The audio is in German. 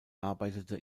arbeitete